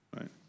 right